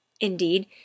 Indeed